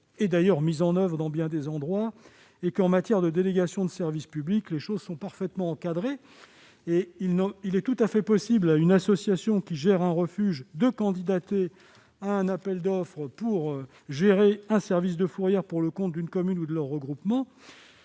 et d'ailleurs mises en oeuvre dans bien des endroits, et où, en matière de délégation de service public, les choses sont parfaitement encadrées. Il est ainsi tout à fait possible à une association qui gère un refuge de candidater à un appel d'offres pour gérer un service de fourrière pour le compte d'une commune ou d'un regroupement,